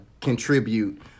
contribute